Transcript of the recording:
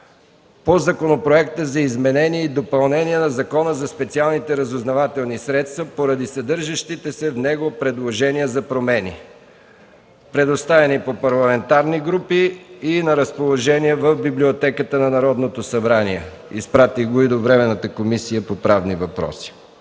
по Законопроекта за изменение и допълнение на Закона за специалните разузнавателни средства поради съдържащите се в него предложения за промени. Предоставено е по парламентарни групи и е на разположение в Библиотеката на Народното събрание. Изпратих го и до Временната комисия по правни въпроси.